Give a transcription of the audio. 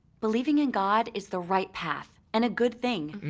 believing in god is the right path and a good thing.